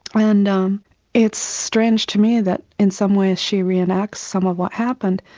and um it's strange to me that in some ways she re-enacts some of what happened,